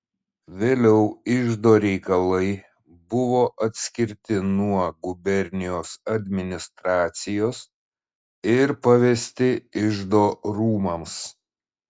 vėliau iždo reikalai buvo atskirti nuo gubernijos administracijos ir pavesti iždo rūmams